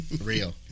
Real